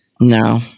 no